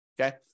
Okay